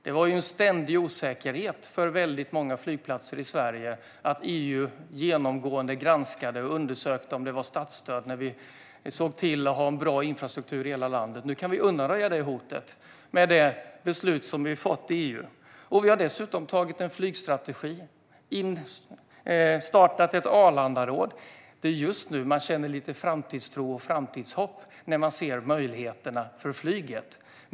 Det var en ständig osäkerhet för väldigt många flygplatser i Sverige att EU genomgående granskade om det var statsstöd när vi såg till att ha en bra infrastruktur i hela landet. Nu kan vi undanröja det hotet med det beslut vi fått i EU. Vi har dessutom antagit en flygstrategi och startat ett Arlandaråd. Det är just nu man känner lite framtidstro och framtidshopp, när man ser möjligheterna för flyget.